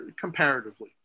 comparatively